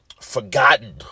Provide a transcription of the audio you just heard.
forgotten